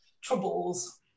troubles